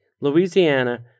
Louisiana